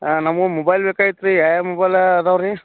ಹಾಂ ನಮ್ಗೊಂದು ಮೊಬೈಲ್ ಬೇಕಾಗಿತ್ತು ರೀ ಯಾವ ಯಾವ ಮೊಬೈಲಾ ಇದಾವ್ ರೀ